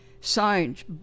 signed